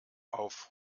auf